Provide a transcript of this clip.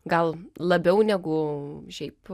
gal labiau negu šiaip